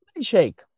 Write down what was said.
shake